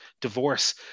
Divorce